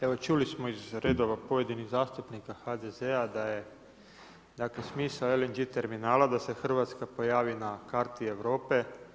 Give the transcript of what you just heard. Evo, čuli smo iz redova pojedinih zastupnika HDZ-a da je smisao LNG terminala da se Hrvatska pojavi na karti Europe.